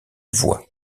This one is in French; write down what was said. voies